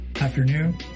afternoon